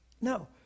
No